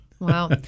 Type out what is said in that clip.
Wow